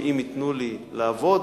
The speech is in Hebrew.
שאם ייתנו לי לעבוד,